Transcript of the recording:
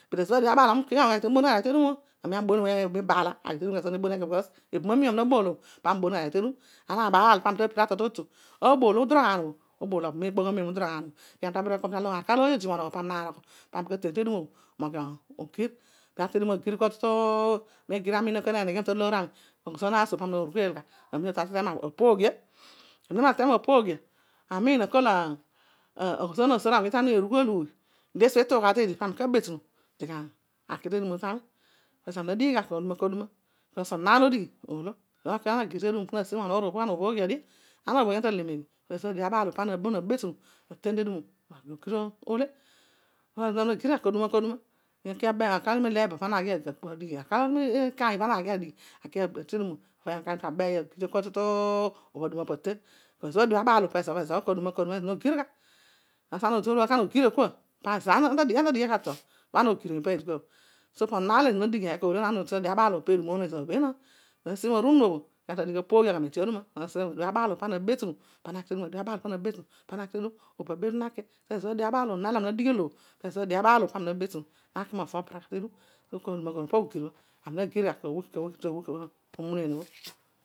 But ezobhō adiōbhō abaal ō aami ubon ghadio aghi tedumō, ibani amiim obho ami nabōol ō ami uboughadio aghi tedum. Naabaal paami tapira atol totu abool uduroghaan obhō, arumolo ōoy odimorol paami natein tedum ōbhō, tami na ghi tedum obho atele kua tutu aghazogho naasu paami na rugheel amina tol totu apoghia. Amen ami na tol apoghia amin akol aghazogh nasōor awuny tami nerughelu, paami na min abetunu na ki tedum ō tami, pezo ami na dighigha kaduma kaduma because onon aar lo omin odighi ekana oolo. Arukaar lo ana nagir tedum, na si monuur, ana ōbhōoghia dio, ana abhōoghia ama ta le meeghe? Pana nabetunu atein tedum ō na ki mo gir ilo kole̠ arukaar lo aru mileebo pana naghi adighi, kaar lo arumi ikaiy pana naghi adighi, apin ikaiyō atu abeyogh kuatu tu opo atu atein. Ezo bho aduma bho abaal ō pezobhō ezobhō, pezo nogir gha. Ana ogirio kua, ana ta dighi eko kanu atol? So onon aar lo ezor no dighigha ōolo na, ezo bha adio bha abaalō pe dum ōbhō gha benaan. Amem nasi marunuobho kana tadigh apooghia. Abaalō pana nabetunu abon naki tedum ō, abaaal panabetunu pana kitedum ezobhō onon aar lo ami na dighi olo bhō, ezobho abaal ō paami na betunu naki mova, obaraka tedum. ogir laami na gir gha maweek ō.